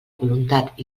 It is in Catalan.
voluntat